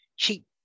Cheap